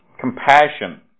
compassion